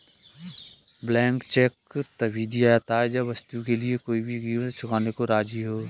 blank cheque तभी दिया जाता है जब वस्तु के लिए कोई भी कीमत चुकाने को राज़ी हो